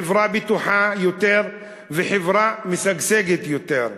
חברה בטוחה יותר וחברה משגשגת יותר.